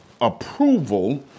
approval